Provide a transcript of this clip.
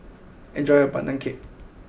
enjoy your Pandan Cake